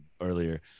earlier